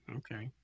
okay